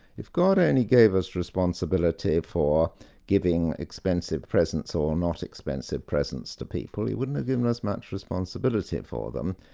if god and only gave us responsibility for giving expensive presents or not expensive presents to people, he wouldn't have given us much responsibility for them.